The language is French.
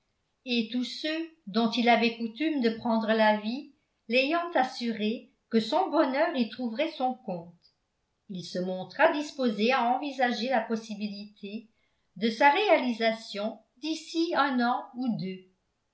et tous ceux dont il avait coutume de prendre l'avis l'ayant assuré que son bonheur y trouverait son compte il se montra disposé à envisager la possibilité de sa réalisation d'ici un an ou deux